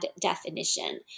definition